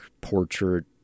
portrait